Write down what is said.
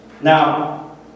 Now